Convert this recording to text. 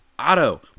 Auto